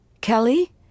Kelly